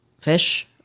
fish